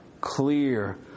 clear